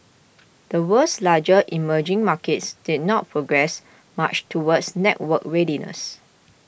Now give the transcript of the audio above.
the world's larger emerging markets did not progress much towards networked readiness